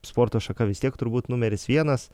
sporto šaka vis tiek turbūt numeris vienas